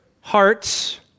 hearts